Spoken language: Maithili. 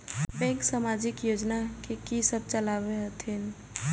बैंक समाजिक योजना की सब चलावै छथिन?